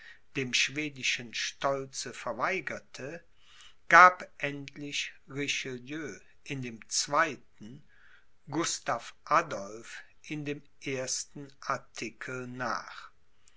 dem schwedischen stolze verweigerte gab endlich richelieu in dem zweiten gustav adolph in dem ersten artikel nach